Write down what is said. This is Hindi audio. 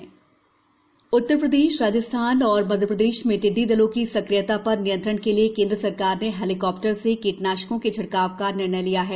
टिड्डी हमला तैयारी उत्तर प्रदेश राजस्थान और मध्य प्रदेश में टिड्डी दलों की सक्रियता पर नियंत्रण के लिए केंद्र सरकार ने हेलिकॉप्टर से कीटनाशकों के छिड़काव का निर्णय लिया है